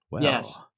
Yes